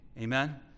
Amen